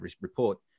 report